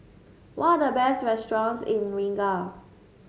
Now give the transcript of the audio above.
what are the best restaurants in Riga